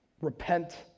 Repent